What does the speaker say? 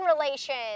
relations